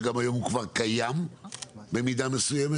שהיום הוא גם קיים במידה מסוימת,